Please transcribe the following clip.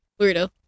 Weirdo